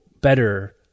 better